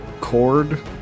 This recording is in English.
cord